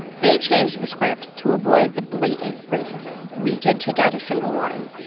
they changed the script to avoid the blatant racism we did take out a single line.